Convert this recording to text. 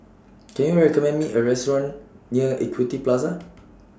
Can YOU recommend Me A Restaurant near Equity Plaza